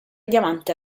diamante